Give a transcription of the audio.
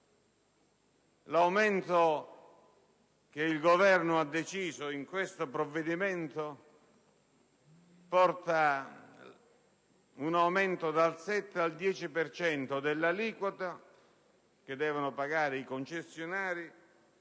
L'aumento che il Governo ha deciso con questo provvedimento porta dal 7 al 10 per cento l'aliquota che devono pagare i concessionari,